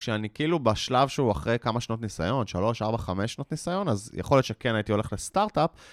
כשאני כאילו בשלב שהוא אחרי כמה שנות ניסיון, 3, 4, 5 שנות ניסיון, אז יכול להיות שכן הייתי הולך לסטארט-אפ.